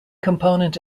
component